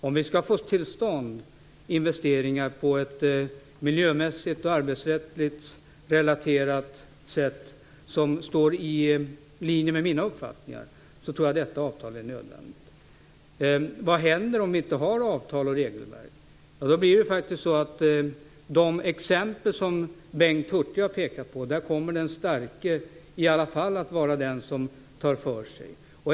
Om vi skall få till stånd investeringar på ett miljömässigt och arbetsrättsligt relaterat sätt som står i linje med mina uppfattningar tror jag att detta avtal är nödvändigt. Vad händer om vi inte har avtal och regelverk? I de exempel som Bengt Hurtig har pekat på kommer då den starke att i alla fall vara den som tar för sig.